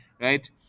right